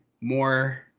more